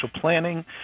planning